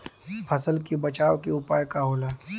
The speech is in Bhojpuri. फसल के बचाव के उपाय का होला?